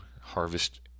harvest